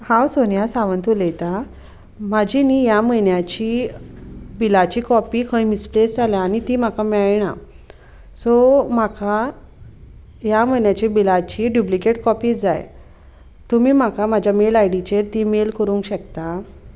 हांव सोनिया सावंत उलयतां म्हाजी न्ही ह्या म्हयन्याची बिलाची कॉपी खंय मिसप्लेस जाल्या आनी ती म्हाका मेळना सो म्हाका ह्या म्हयन्याच्या बिलाची डुप्लिकेट कॉपी जाय तुमी म्हाका म्हाज्या मेल आयडीचेर ती मेल करूंक शकता